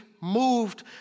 moved